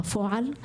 בפועל,